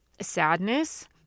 sadness